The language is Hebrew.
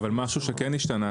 אבל משהו שכן השתנה,